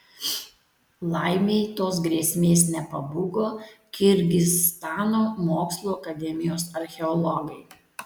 laimei tos grėsmės nepabūgo kirgizstano mokslų akademijos archeologai